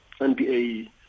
NBA